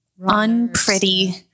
unpretty